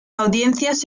audiencias